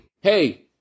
hey